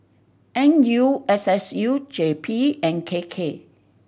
N U S S U J P and K K